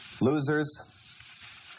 Losers